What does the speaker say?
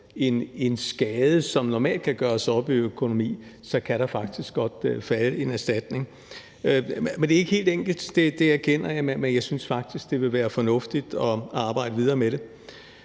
en skade, som normalt kan gøres op i økonomi, kan der faktisk godt falde en erstatning. Men det er ikke helt enkelt. Det erkender jeg. Men jeg synes faktisk, at det vil være fornuftigt at arbejde videre med det.